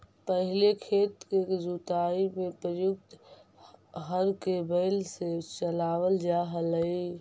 पहिले खेत के जुताई में प्रयुक्त हर के बैल से चलावल जा हलइ